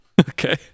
Okay